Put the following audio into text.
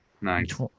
Nice